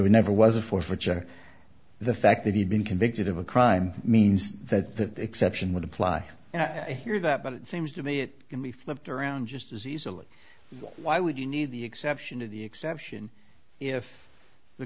e never was a forfeiture the fact that he'd been convicted of a crime means that the exception would apply and i hear that but it seems to me it can be flipped around just as easily why would you need the exception to the exception if the